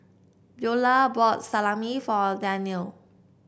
Beulah bought Salami for Danielle